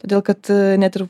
todėl kad net ir